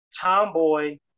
Tomboy